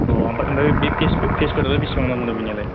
अ ओमफ्राय बे फिसफोरालाय बेसेबां होनना बुंदों बिनिआलाय